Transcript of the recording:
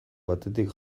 batetik